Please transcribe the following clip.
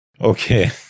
Okay